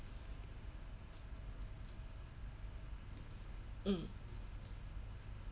mm